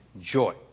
joy